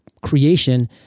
creation